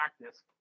practice